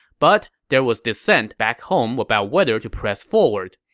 but there was dissent back home about whether to press forward.